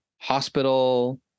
Hospital